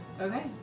Okay